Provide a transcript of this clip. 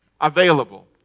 Available